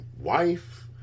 wife